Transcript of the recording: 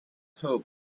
hope